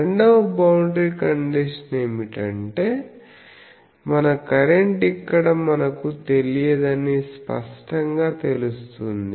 రెండవ boundary condition ఏమిటంటే మన కరెంట్ ఇక్కడ మనకు తెలియదని స్పష్టంగా తెలుస్తుంది